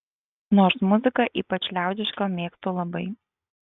nors muziką ypač liaudišką mėgstu labai